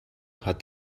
hat